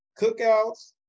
cookouts